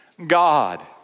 God